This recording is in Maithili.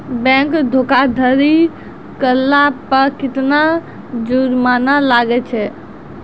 बैंक धोखाधड़ी करला पे केतना जुरमाना लागै छै?